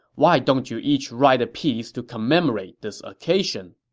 why don't you each write a piece to commemorate this occasion?